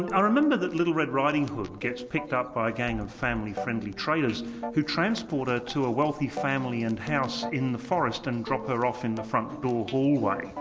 and remember that little red riding hood gets picked up by a gang of family-friendly traders who transport her to a wealthy family in a house in the forest and drop her off in the front door hallway.